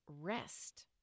rest